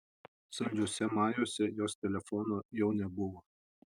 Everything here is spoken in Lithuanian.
saldžiuose majuose jos telefono jau nebuvo